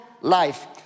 life